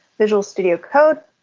visual studio code,